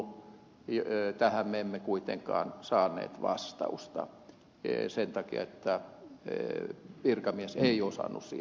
tähän me emme kuitenkaan saaneet vastausta sen takia että virkamies ei osannut siihen vastata